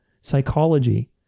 psychology